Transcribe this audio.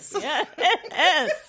yes